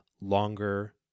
longer